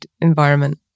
environment